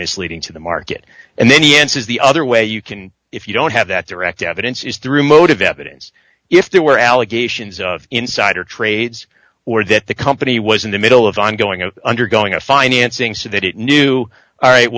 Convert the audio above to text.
misleading to the market and then he answers the other way you can if you don't have that direct evidence is through motive evidence if there were allegations of insider trades or that the company was in the middle of ongoing and undergoing a financing so that it knew all right